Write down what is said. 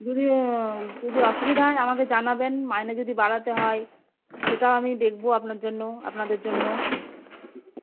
যদি যদি অসুবিধা হয় আমাকে জানাবেন মাইনে যদি বাড়াতে হয় সেটাও আমি দেখবো আপনার জন্য আপনাদের জন্য